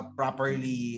properly